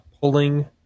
pulling